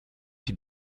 die